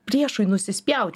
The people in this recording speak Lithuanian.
priešui nusispjaut